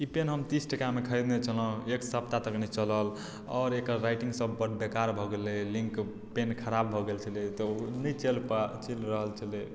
ई pen हम तीस टकामे खरीदने छलहुँ एक सप्ताह तक नहि चलल आओर एकर राइटिंग सभ बड बेकार भऽ गेलय लिन्क पेन खराब भऽ गेल छलै तऽ ओ नहि चलि पाबि चलि रहल छलै